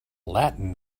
latin